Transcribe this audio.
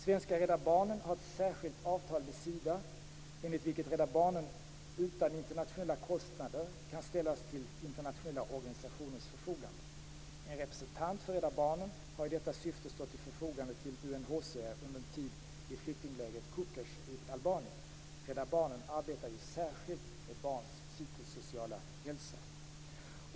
· Svenska Rädda Barnen har ett särskilt avtal med Sida enligt vilket Rädda Barnen utan internationella kostnader kan ställas till internationella organisationers förfogande. En representant för Rädda Barnen har i detta syfte stått till förfogande för UNHCR under en tid i flyktinglägret Kukes i Albanien. Rädda Barnen arbetar ju särskilt med barns psykosociala hälsa.